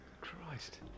Christ